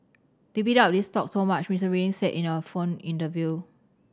they bid up these stocks so much Mister Reading said in a phone interview